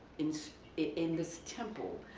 in so in this temple,